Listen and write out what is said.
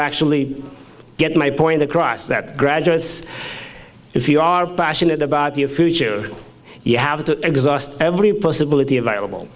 actually get my point across that graduates if you are passionate about your future you have to exhaust every possibility available